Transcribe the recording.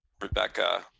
Rebecca